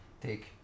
take